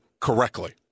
correctly